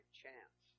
chance